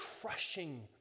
crushing